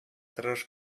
тырыш